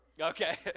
Okay